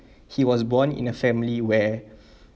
he was born in a family where